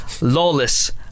Lawless